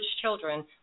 children